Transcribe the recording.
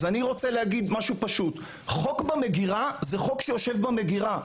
חוק במגירה זה חוק שיושב במגירה.